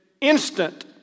instant